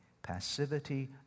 Passivity